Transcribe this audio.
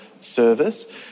service